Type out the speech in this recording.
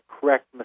correct